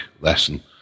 lesson